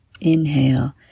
Inhale